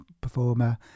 performer